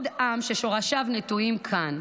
ששורשיו נטועים כאן,